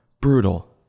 Brutal